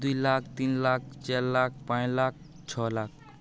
ଦୁଇ ଲାକ୍ଷ ତିନ ଲାକ୍ଷ ଚାର ଲାକ୍ଷ ପାଞ୍ଚ ଲାକ୍ଷ ଛଅ ଲାକ୍ଷ